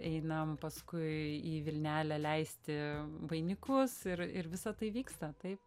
einam paskui į vilnelę leisti vainikus ir ir visa tai vyksta taip